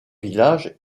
villages